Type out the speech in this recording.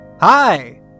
Hi